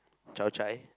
Chao Chai